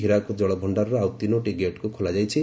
ହୀରାକୁଦ ଜଳଭଣ୍ଡାର ଉପର ମୁ ଗେଟ୍କୁ ଖୋଲାଯାଇଛି